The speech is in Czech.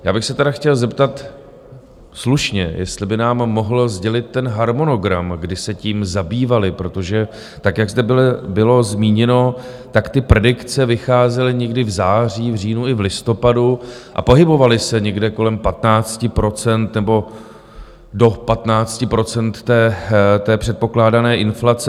Já bych se tedy chtěl zeptat slušně, jestli by nám mohl sdělit ten harmonogram, kdy se tím zabývali, protože tak jak zde bylo zmíněno, tak ty predikce vycházely někdy v září, v říjnu i v listopadu a pohybovaly se někde kolem 15 %, nebo do 15 % té předpokládané inflace.